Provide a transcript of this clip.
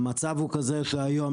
המצב הוא כזה שהיום,